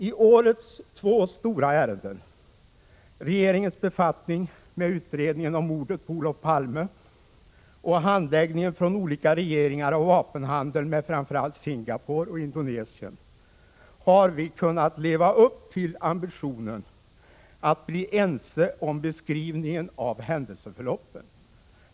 I årets två stora ärenden, regeringens befattning med utredningen om mordet på Olof Palme och olika regeringars handläggning av vapenhandeln med framför allt Singapore och Indonesien, har vi kunnat leva upp till ambitionen att bli ense om beskrivningen av händelseförloppet.